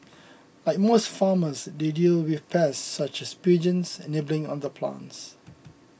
like most farmers they deal with pests such as pigeons nibbling on the plants